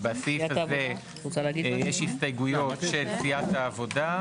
בסעיף זה יש הסתייגויות של סיעת העבודה,